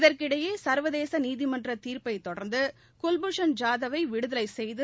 இதற்கிடையேச்வதேசநீதிமன்றதீர்ப்பைத் தொடர்ந்துகுவ்பூஷன் ஜாதவைவிடுதவைசெய்து